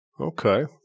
okay